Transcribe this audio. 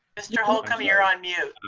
mr. holcomb you're on mute.